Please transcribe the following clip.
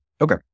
Okay